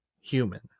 human